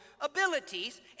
abilities